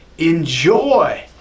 Enjoy